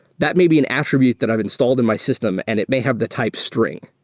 that may be an attribute that i've installed in my system and it may have the type string,